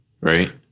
right